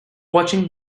watching